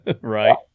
Right